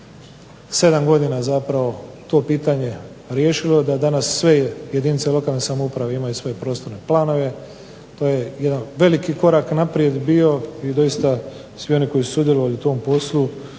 7 godina zapravo to pitanje riješilo, da danas sve jedinice lokalne samouprave imaju svoje prostorne planove. To je jedan veliki korak naprijed bio i doista svi oni koji su sudjelovali u tom poslu